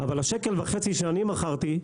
אבל השקל וחצי שאני מכרתי,